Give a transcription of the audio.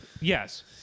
Yes